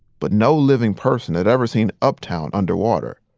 but no living person had ever seen uptown underwater.